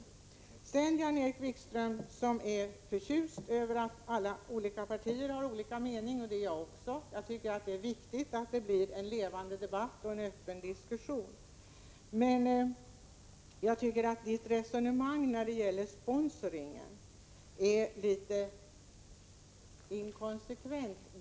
Sedan några ord till Jan-Erik Wikström, som är förtjust över att olika politiska partier har olika mening. Det är jag också. Jag tycker att det är viktigt med en levande debatt och en öppen diskussion. Men jag tycker att hans resonemang när det gäller sponsring är litet inkonsekvent.